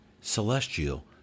Celestial